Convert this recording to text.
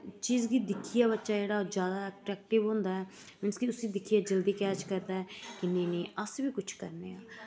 चीज गी दिक्खियै बच्चा जेह्ड़ा जादै अट्रैकटिव होंदा ऐ मीन्स कि उस्सी दिक्खियै जल्दी कैच करदा ऐ कि नेईं नेईं अस बी कुश करने आं